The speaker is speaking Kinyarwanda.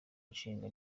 nshinga